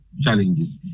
challenges